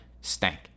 stank